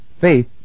Faith